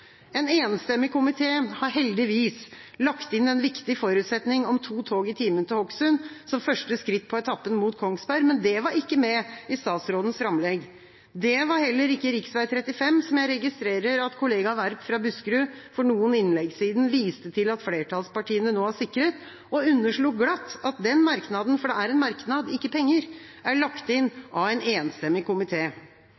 En enstemmig komité har heldigvis lagt inn en viktig forutsetning om to tog i timen til Hokksund som første skritt på etappen mot Kongsberg, men det var ikke med i statsrådens framlegg. Det var heller ikke rv. 35, som jeg registrerer at kollega Werp fra Buskerud for noen innlegg siden viste til at flertallspartiene nå har sikret, men underslo glatt at den merknaden – for det er en merknad, ikke penger – er lagt inn